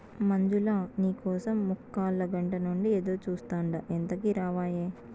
మంజులా, నీ కోసం ముక్కాలగంట నుంచి ఎదురుచూస్తాండా ఎంతకీ రావాయే